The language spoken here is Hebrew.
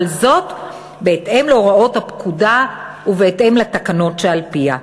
אבל זאת בהתאם להוראות הפקודה ובהתאם לתקנות שעל-פיה.